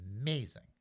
amazing